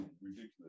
ridiculous